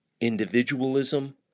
individualism